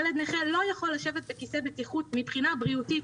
ילד נכה לא יכול לשבת בכיסא בטיחות מבחינה בריאותית.